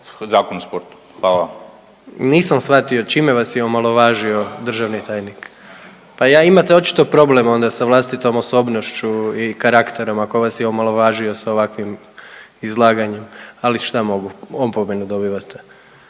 tajnik? …/Upadica Milanović Litre se ne razumije/…. Pa ja imate očito problem onda sa vlastitom osobnošću i karakterom ako vas je omalovažio sa ovakvim izlaganjem, ali šta mogu, opomenu dobivate.